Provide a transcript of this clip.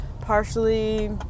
partially